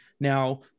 Now